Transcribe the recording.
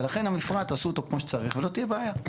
ולכן המפרט תעשו אותו כמו שצריך ולא תהיה בעיה.